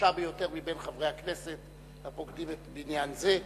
החדשה ביותר מבין חברי הכנסת הפוקדים בניין זה,